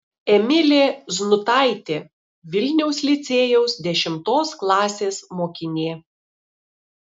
emilė znutaitė vilniaus licėjaus dešimtos klasės mokinė